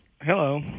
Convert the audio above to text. Hello